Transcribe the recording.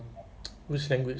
because